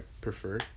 prefer